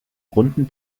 runden